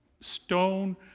stone